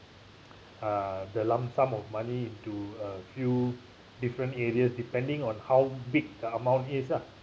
uh the lump sum of money into a few different areas depending on how big the amount is ah